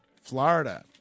Florida